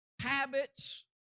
Habits